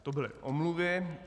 To byly omluvy.